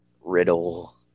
Riddle